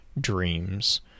dreams